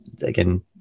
again